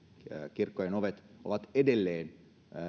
kirkkojen ovet ovat edelleen